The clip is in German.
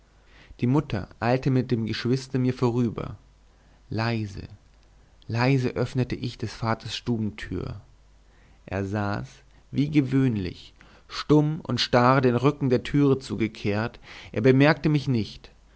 die mutter eilte mit dem geschwister mir vorüber leise leise öffnete ich des vaters stubentür er saß wie gewöhnlich stumm und starr den rücken der türe zugekehrt er bemerkte mich nicht